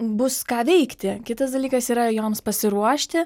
bus ką veikti kitas dalykas yra joms pasiruošti